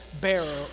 bearer